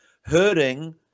hurting